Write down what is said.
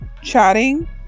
chatting